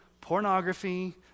pornography